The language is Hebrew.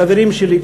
חברים שלי,